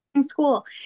school